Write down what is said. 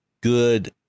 good